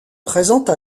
présente